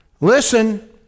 listen